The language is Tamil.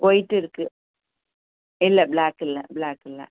ஒயிட்டு இருக்கு இல்லை பிளாக் இல்லை பிளாக் இல்லை